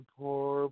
poor